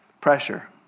pressure